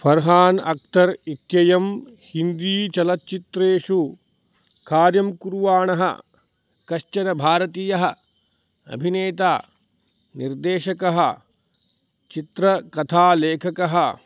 फरहान् अख्तर् इत्ययं हिन्दी चलचित्रेषु कार्यं कुर्वाणः कश्चन भारतीयः अभिनेता निर्देशकः चित्रकथालेखकः